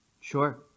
Sure